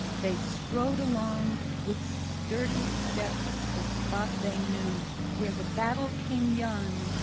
they strode along with sturdy steps to the spot they knew where the battle-king young,